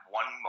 one